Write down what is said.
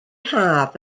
haf